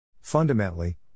Fundamentally